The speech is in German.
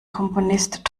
komponist